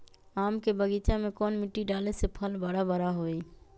आम के बगीचा में कौन मिट्टी डाले से फल बारा बारा होई?